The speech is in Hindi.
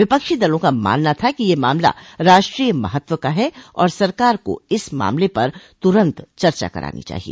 विपक्षी दलों का मानना था कि यह मामला राष्ट्रीय महत्व का है और सरकार को इस मामले पर तुरंत चर्चा करनी चाहिए